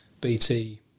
BT